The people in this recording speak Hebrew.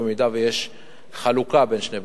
אם יש חלוקה בין שני בני-הזוג.